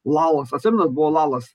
lalas atsimenat buvo lalas